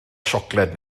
siocled